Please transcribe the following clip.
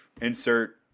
insert